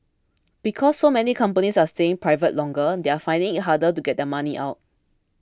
because so many companies are staying private longer they're finding it harder to get their money out